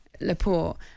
Laporte